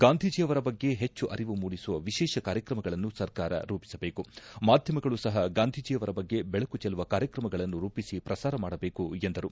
ಗಾಂಧೀಜಿ ಅವರ ಬಗ್ಗೆ ಹೆಚ್ಚು ಅರಿವು ಮೂಡಿಸುವ ವಿಶೇಷ ಕಾರ್ಯಕ್ರಮಗಳನ್ನು ಸರ್ಕಾರ ರೂಪಿಸಬೇಕು ಮಾಧ್ಯಮಗಳು ಸಹ ಗಾಂಧೀಜಿ ಅವರ ಬಗ್ಗೆ ಬೆಳಕು ಚೆಲ್ಲುವ ಕಾರ್ಯಕ್ರಮಗಳನ್ನು ರೂಪಿಸಿ ಪ್ರಸಾರ ಮಾಡಬೇಕು ಎಂದರು